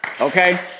Okay